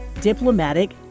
diplomatic